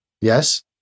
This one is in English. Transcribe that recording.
Yes